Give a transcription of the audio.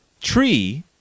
tree